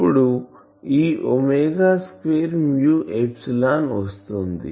ఇప్పుడు ఈ 2 వస్తుంది